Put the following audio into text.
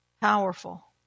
Powerful